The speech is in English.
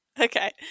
Okay